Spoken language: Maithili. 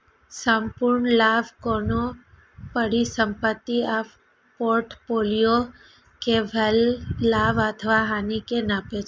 संपूर्ण लाभ कोनो परिसंपत्ति आ फोर्टफोलियो कें भेल लाभ अथवा हानि कें नापै छै